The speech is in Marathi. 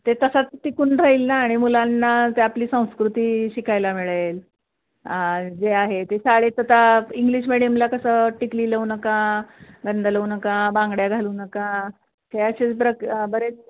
ते तसच टिकून राहील ना आणि मुलांना ते आपली संस्कृती शिकायला मिळेल जे आहे ते शाळेत आता इंग्लिश मिडियमला कसं टिकली लावू नका गंध लावू नका बांगड्या घालू नका हे असेच प्रक बरेच